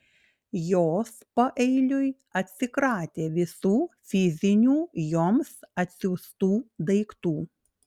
jos paeiliui atsikratė visų fizinių joms atsiųstų daiktų